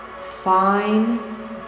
fine